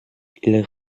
ils